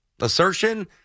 assertion